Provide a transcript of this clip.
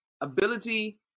ability